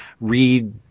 read